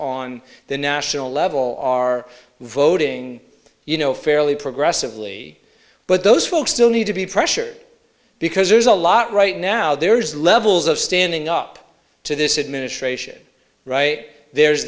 on the national level are voting you know fairly progressively but those folks still need to be pressure because there's a lot right now there's levels of standing up to this administration right there